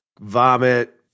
Vomit